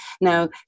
Now